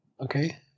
okay